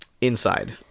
inside